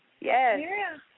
Yes